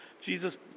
Jesus